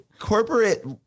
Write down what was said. corporate